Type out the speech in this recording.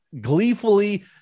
gleefully